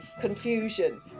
confusion